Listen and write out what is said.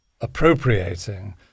appropriating